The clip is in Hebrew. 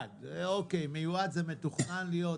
אוקיי, מיועד זה מתוכנן להיות.